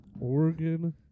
Oregon